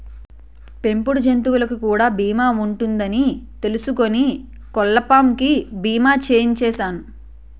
పెంపుడు జంతువులకు కూడా బీమా ఉంటదని తెలుసుకుని కోళ్ళపాం కి బీమా చేయించిసేను